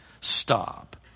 stop